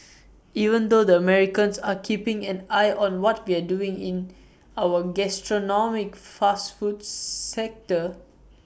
even the Americans are keeping an eye on what we're doing in our gastronomic fast food sector